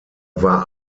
war